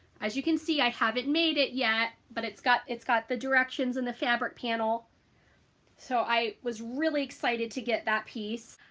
as you can see i haven't made it yet, but it's got its got the directions in the fabric panel so i was really excited to get that piece.